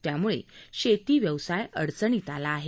त्यामुळे शेती व्यवसाय अडचणीत आला आहे